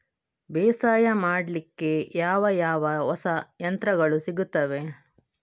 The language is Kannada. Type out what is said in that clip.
ಬೇಸಾಯ ಮಾಡಲಿಕ್ಕೆ ಯಾವ ಯಾವ ಹೊಸ ಯಂತ್ರಗಳು ಸಿಗುತ್ತವೆ?